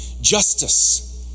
justice